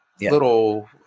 little